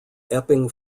epping